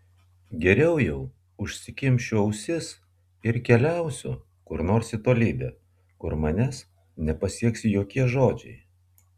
geriau jau užsikimšiu ausis ir keliausiu kur nors į tolybę kur manęs nepasieks jokie žodžiai